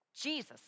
jesus